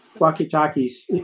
walkie-talkies